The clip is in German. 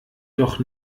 doch